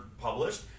published